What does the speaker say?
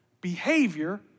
behavior